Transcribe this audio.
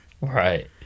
Right